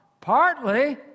Partly